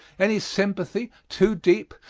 any sympathy too deep,